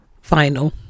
final